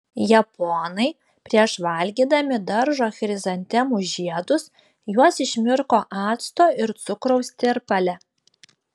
japonai prieš valgydami daržo chrizantemų žiedus juos išmirko acto ir cukraus tirpale